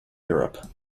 europe